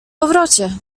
powrocie